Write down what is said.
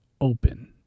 open